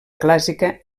clàssica